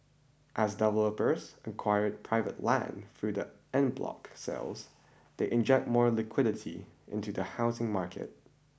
as developers acquire private land through the en bloc sales they inject more liquidity into the housing market